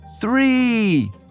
Three